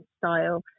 style